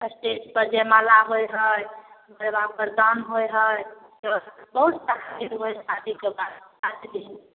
स्टेजपर जयमाला होइ हइ तकरबाद फलदान होइ हइ बहुत सारा चीज होइ हइ शादीके बाद शादीके दिन